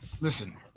listen